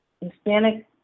Hispanic